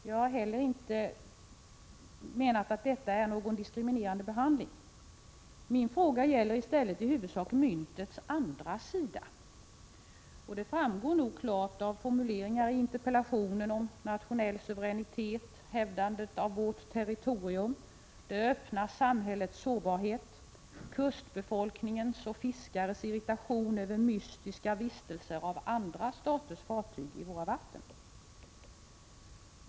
Jag har inte heller påstått att detta är diskriminering. Min fråga gäller i stället i huvudsak myntets andra sida. Det framgår klart av formuleringarna i interpellationen om nationell suveränitet, hävdandet av vårt territorium, det öppna samhällets sårbarhet, kustbefolkningens och fiskares irritation över mystiska vistelser av andra staters fartyg i våra vatten.